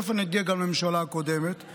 תכף אני אגיע גם לממשלה הקודמת לקודמת,